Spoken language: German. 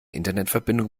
internetverbindung